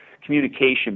communication